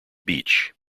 beach